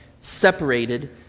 separated